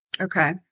Okay